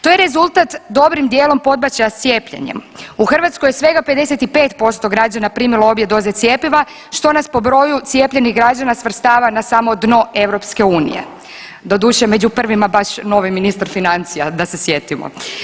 To je rezultat dobrim dijelom podbačaja s cijepljenjem, u Hrvatskoj je svega 55% građana primilo obje doze cjepiva što nas po broju cijepljenih građana svrstava na samo dno EU, doduše među prvima baš novi ministar financija da se sjetimo.